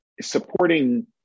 supporting